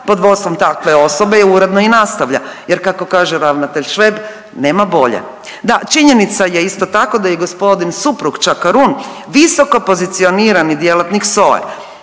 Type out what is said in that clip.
pod vodstvom takve osobe uredno i nastavlja jer kako kaže ravnatelj Šveb nema bolje. Da, činjenica je isto da je i gospodin suprug Čakarun visokopozicionirani djelatnik SOA-e.